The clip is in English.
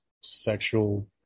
sexual